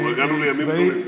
הגענו לימים טובים.